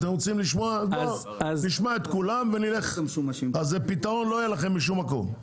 אם רק נשמע את כולם, פתרון לא יהיה לכם משום מקום.